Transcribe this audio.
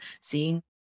seeing